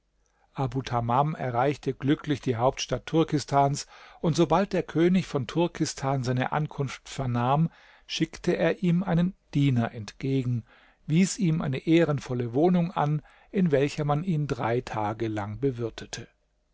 erreichte glücklich die hauptstadt turkistans und sobald der könig von turkistan seine ankunft vernahm schickte er ihm einen diener entgegen wies ihm eine ehrenvolle wohnung an in welcher man ihn drei tage lang bewirtete